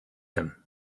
him